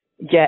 get